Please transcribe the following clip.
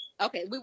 Okay